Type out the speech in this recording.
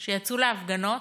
שיצאו להפגנות